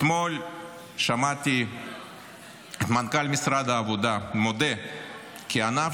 אתמול שמעתי את מנכ"ל משרד העבודה מודה כי הענף